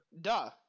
Duh